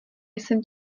jsem